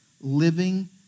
living